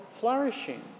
flourishing